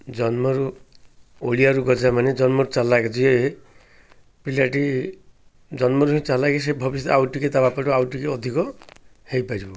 ଜନ୍ମରୁ ଓଳିଆରୁ ଗଜା ମାନେ ଜନ୍ମରୁ ଚାଲାକ ଯିଏ ପିଲାଟି ଜନ୍ମରୁ ହିଁ ଚାଲାକି ସେ ଭବିଷ୍ୟତ ଆଉ ଟିକେ ତା ବାପଠୁ ଆଉ ଟିକେ ଅଧିକ ହେଇ ପାରିବ